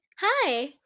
Hi